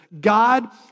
God